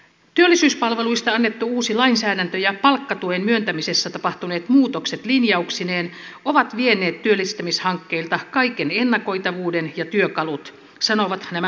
työllisyyspalveluista annettu uusi lainsäädäntö ja palkkatuen myöntämisessä tapahtuneet muutokset linjauksineen ovat vieneet työllistämishankkeilta kaiken ennakoitavuuden ja työkalut sanovat nämä hanketyöntekijät